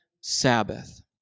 Sabbath